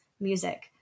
music